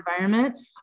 environment